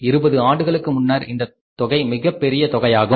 இருபது ஆண்டுகளுக்கு முன்னர் இந்தத் தொகை மிகப் பெரிய தொகையாகும்